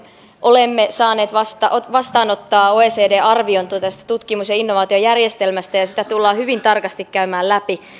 olemme saaneet vastaanottaa vastaanottaa oecdn arvion tästä tutkimus ja innovaatiojärjestelmästä ja ja sitä tullaan hyvin tarkasti käymään läpi